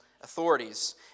authorities